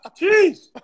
jeez